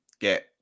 get